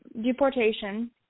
deportation